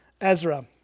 Ezra